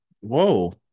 Whoa